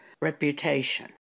reputation